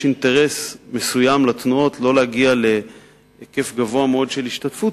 יש אינטרס מסוים לתנועות לא להגיע להיקף גדול מאוד של השתתפות,